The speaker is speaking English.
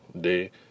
day